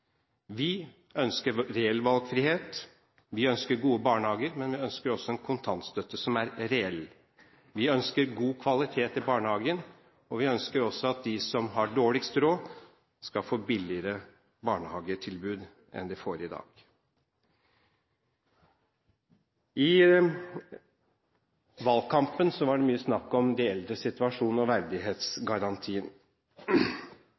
Vi ønsker reell valgfrihet. Vi ønsker gode barnehager, men vi ønsker også en kontantstøtte som er reell. Vi ønsker god kvalitet i barnehagen, og vi ønsker at de som har dårligst råd, skal få billigere barnehagetilbud enn de får i dag. I valgkampen var det mye snakk om de eldres situasjon og